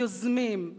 יוזמים,